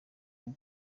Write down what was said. leon